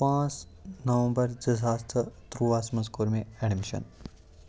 پانٛژھ نومبَر زٕ ساس تہٕ تُرٛواہَس منٛز کوٚر مےٚ ایڈمِشن